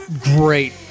great